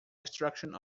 extraction